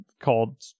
called